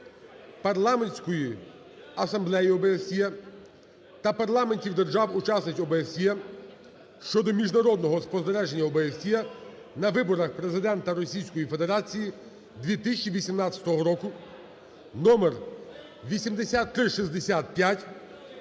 Парламентської асамблеї ОБСЄ та парламентів держав-учасниць ОБСЄ щодо міжнародного спостереження ОБСЄ на виборах Президента Російської Федерації 2018 року (номер 8365)